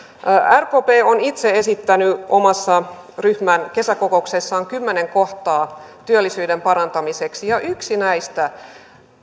rkp on itse esittänyt omassa ryhmän kesäkokouksessaan kymmenen kohtaa työllisyyden parantamiseksi ja yksi näistä